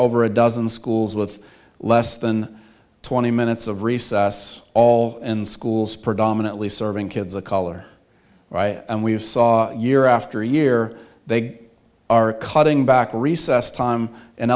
over a dozen schools with less than twenty minutes of recess all in schools predominantly serving kids of color and we've saw year after year they are cutting back recess time in